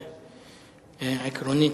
ועקרונית,